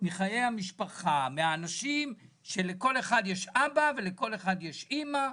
מחיי המשפחה, שלכל אחד יש אבא ולכל אחד יש אימא.